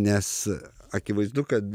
nes akivaizdu kad